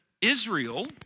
Israel